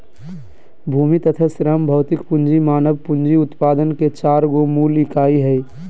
भूमि तथा श्रम भौतिक पूँजी मानव पूँजी उत्पादन के चार गो मूल इकाई हइ